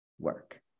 work